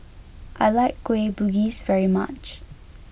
I like Kueh Bugis very much